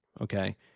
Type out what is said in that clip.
Okay